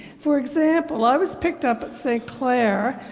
for example i was picked up at st. clair,